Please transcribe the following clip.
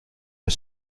are